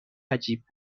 عجیب